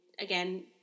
again